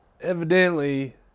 evidently